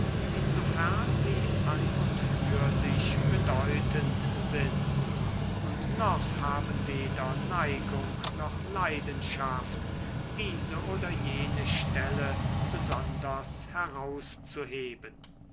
insofern sie an und für sich bedeutend sind und noch haben weder neigung noch leidenschaft diese oder jene stelle besonders herauszuheben